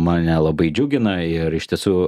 mane labai džiugina ir iš tiesų